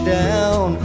down